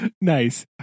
nice